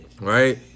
Right